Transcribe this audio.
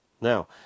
Now